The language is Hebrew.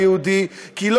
אדוני.